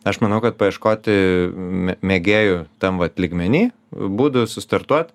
aš manau kad paieškoti mė mėgėjų tam vat lygmeny būdų sustartuot